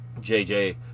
JJ